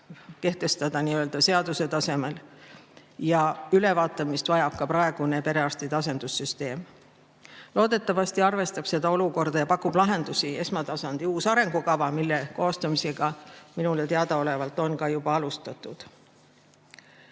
kehtestada juriidiline staatus seaduse tasemel. Ülevaatamist vajab ka praegune perearstide asendamise süsteem. Loodetavasti arvestab seda olukorda ja pakub lahendusi uus esmatasandi arengukava, mille koostamisega minule teadaolevalt on juba alustatud.